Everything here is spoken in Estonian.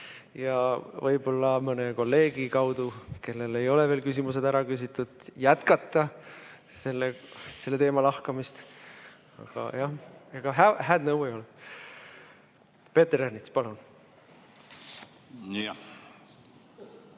ja võib-olla mõne kolleegi kaudu, kellel ei ole veel küsimused ära küsitud, jätkata selle teema lahkamist. Aga jah, hääd nõu ei ole. Peeter Ernits, palun! See on